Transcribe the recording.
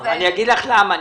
אני אגיד לך למה.